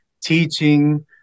teaching